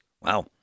Wow